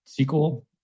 SQL